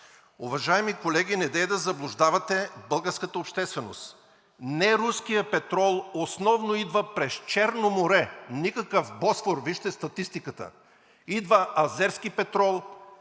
Уважаеми колеги, недейте да заблуждавате българската общественост. Не руският петрол основно идва през Черно море. Никакъв Босфор – вижте статистиката. Идва азерски петрол,